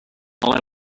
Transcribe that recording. all